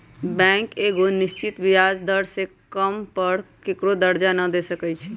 bank एगो निश्चित ब्याज दर से कम पर केकरो करजा न दे सकै छइ